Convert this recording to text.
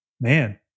man